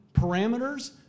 parameters